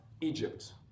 Egypt